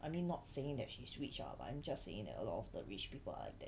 I mean not saying that she is rich ah but I'm just saying that a lot of the rich people are that